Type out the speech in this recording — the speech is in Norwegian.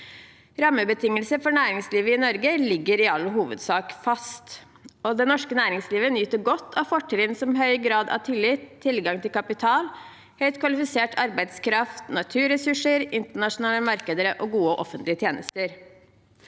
Rammebetingelsene for næringslivet i Norge ligger i all hovedsak fast, og det norske næringslivet nyter godt av fortrinn som høy grad av tillit, tilgang til kapital, høyt kvalifisert arbeidskraft, naturressurser, internasjonale markeder og gode offentlige tjenester.